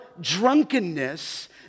drunkenness